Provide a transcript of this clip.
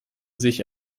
sich